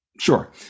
Sure